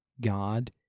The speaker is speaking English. God